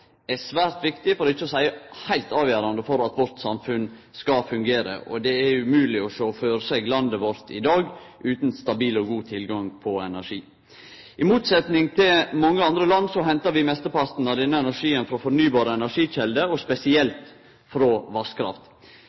er svært viktig, for ikkje å seie heilt avgjerande for at vårt samfunn skal fungere. Det er umogleg å sjå føre seg landet vårt i dag utan stabil og god tilgang på energi. I motsetning til mange andre land hentar vi mesteparten av denne energien frå fornybare energikjelder, og spesielt frå vasskraft.